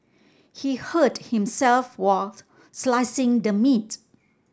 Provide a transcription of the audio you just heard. he hurt himself while slicing the meat